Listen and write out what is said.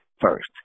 first